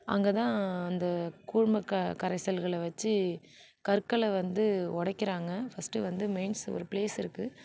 அங்கே தான் இந்த கூழ்ம கரைசல்களை வச்சு கற்களை வந்து உடைக்கிறாங்க ஃபர்ஸ்ட் வந்து மெயின்ஸ் ஒரு பிளேஸ் இருக்குது